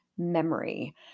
Memory